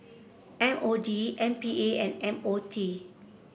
M O D M P A and M O T